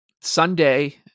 Sunday